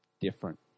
different